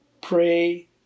pray